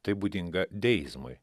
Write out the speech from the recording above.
tai būdinga deizmui